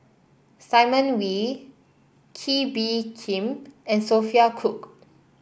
Simon Wee Kee Bee Khim and Sophia Cooke